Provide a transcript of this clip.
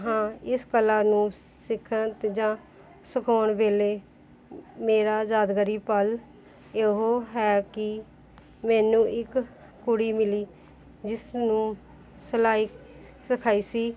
ਹਾਂ ਇਸ ਕਲਾ ਨੂੰ ਸਿੱਖਣ ਅਤੇ ਜਾਂ ਸਿਖਾਉਣ ਵੇਲੇ ਮੇਰਾ ਯਾਦਗਾਰੀ ਪਲ ਇਹੋ ਹੈ ਕਿ ਮੈਨੂੰ ਇੱਕ ਕੁੜੀ ਮਿਲੀ ਜਿਸ ਨੂੰ ਸਿਲਾਈ ਸਿਖਾਈ ਸੀ